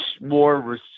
more